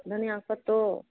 धनीयाँ कतेक